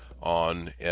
on